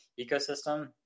ecosystem